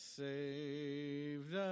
saved